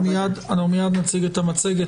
אנחנו מייד נציג את המצגת.